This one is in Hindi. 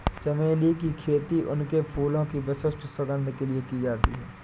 चमेली की खेती उनके फूलों की विशिष्ट सुगंध के लिए की जाती है